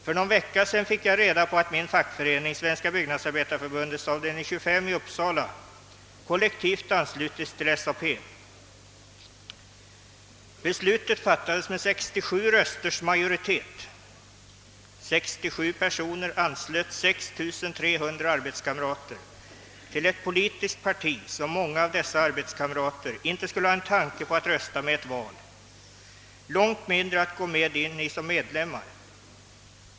För någon vecka sedan fick jag reda på att min fackförening, Svenska byggnadsarbetareförbundets avd. 25 i Uppsala, kollektivt anslutits till SAP. Beslutet fattades med 67 rösters majoritet. 67 personer anslöt 6 300 arbetskamrater till ett politiskt parti som många av dessa arbetskamrater inte skulle ha en tanke på att rösta med i ett val, långt mindre att gå med i som medlemmar.